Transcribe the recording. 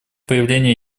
появления